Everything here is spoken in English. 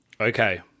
Okay